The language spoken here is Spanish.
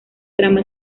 trama